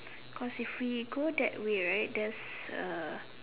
cause if we go that way right there's uh